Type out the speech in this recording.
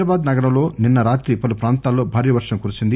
హైదరాబాద్ నగరంలో నిన్స రాత్రి పలు ప్రాంతాల్లో భారీ వర్షం కురిసింది